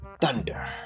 Thunder